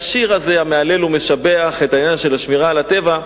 השיר הזה מהלל ומשבח את העניין של השמירה על הטבע,